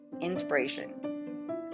Inspiration